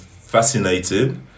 fascinated